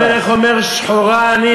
למה אתה שואל,